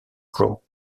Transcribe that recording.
pro